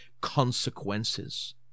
consequences